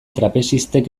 trapezistek